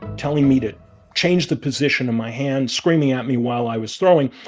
telling me to change the position of my hand, screaming at me while i was throwing,